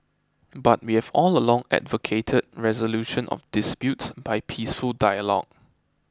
but we've all along advocated resolution of disputes by peaceful dialogue